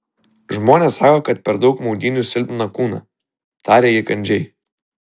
žmonės sako kad per daug maudynių silpnina kūną tarė ji kandžiai